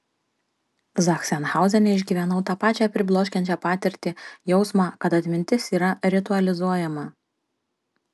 zachsenhauzene išgyvenau tą pačią pribloškiančią patirtį jausmą kad atmintis yra ritualizuojama